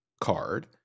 card